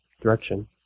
direction